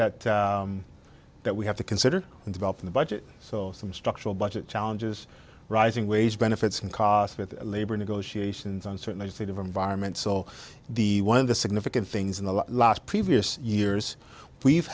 that that we have to consider in developing the budget so some structural budget challenges rising wage benefits and cost with labor negotiations and certainly state of environment so the one of the significant things in the last previous years we've